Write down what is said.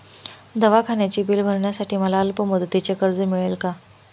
दवाखान्याचे बिल भरण्यासाठी मला अल्पमुदतीचे कर्ज मिळेल का?